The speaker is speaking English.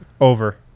Over